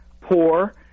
poor